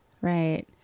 Right